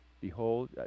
Behold